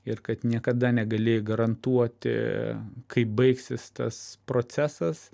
ir kad niekada negali garantuoti kaip baigsis tas procesas